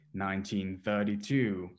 1932